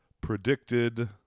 predicted